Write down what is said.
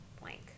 blank